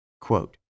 Quote